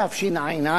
התשע"א,